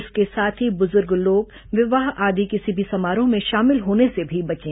इसके साथ ही बुजुर्ग लोग विवाह आदि किसी भी समारोह में शामिल होने से भी बचें